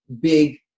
big